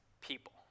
people